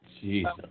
Jesus